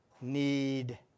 need